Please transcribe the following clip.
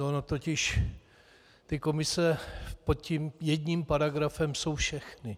Ony totiž ty komise pod tím jedním paragrafem jsou všechny.